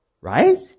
Right